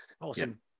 awesome